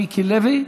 מיקי לוי,